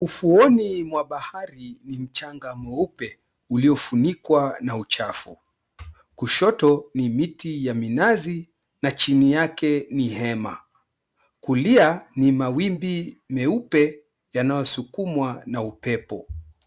Ufuoni mwa bahari ni mchanga mweupe uluiofunikwa na uchafu. Kushoto ni miti ya minazi na chini yake ni hema, kulia ni mawimbi meupe yanayosukumwa na upepo.